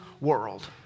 world